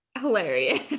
hilarious